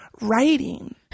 writing